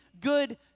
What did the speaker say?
good